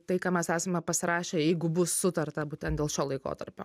tai ką mes esame pasirašę jeigu bus sutarta būtent dėl šio laikotarpio